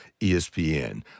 ESPN